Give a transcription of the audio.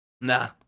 Nah